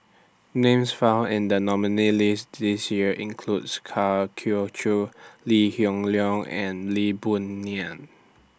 Names found in The nominees' list This Year includes Kwa Geok Choo Lee Hoon Leong and Lee Boon Ngan